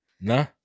Nah